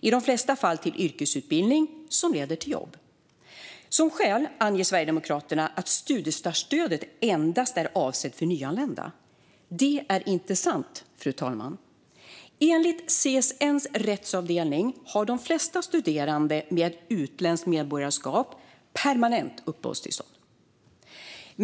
I de flesta fall gäller det yrkesutbildning som leder till jobb. Som skäl anger Sverigedemokraterna att studiestartsstödet endast är avsett för nyanlända. Det är inte sant, fru talman. Enligt CSN:s rättsavdelning har de flesta studerande med utländskt medborgarskap permanent uppehållstillstånd.